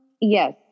yes